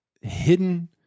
hidden